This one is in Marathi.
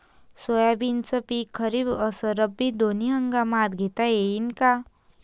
सोयाबीनचं पिक खरीप अस रब्बी दोनी हंगामात घेता येईन का?